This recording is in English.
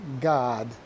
God